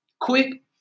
Quick